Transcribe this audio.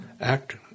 act